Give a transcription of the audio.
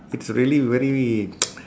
it's really very